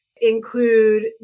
include